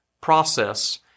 process